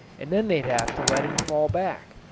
and then they'd have to let him fall back.